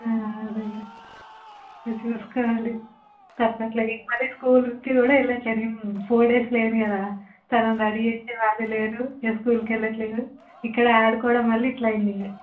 అదే చూసుకోవాలి తప్పట్లే మరీ స్కూల్కి కూడా వెళ్ళట్లేదు ఫోర్ డేస్ లేను కదా తనని రెడీ చేసే వాళ్ళు లేరు స్కూల్కి వెళ్ళట్లేదు ఇక్కడ ఆడుకోవడం మళ్ళీ ఇలా అయింది ఇంక